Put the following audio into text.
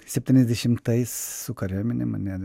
septyniasdešimtais su kariuomene mane